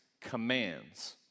commands